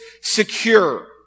secure